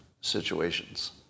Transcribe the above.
situations